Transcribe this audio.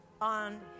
on